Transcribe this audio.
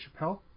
Chappelle